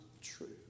true